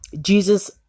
Jesus